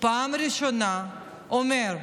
פעם ראשונה אומרים: